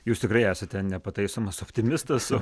jūs tikrai esate nepataisomas optimistas